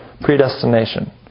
predestination